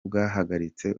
bwahagaritse